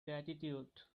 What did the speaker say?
gratitude